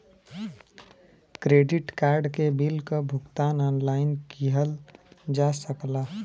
credit card के bill क भुगतान ऑनलाइन किहल जा सकला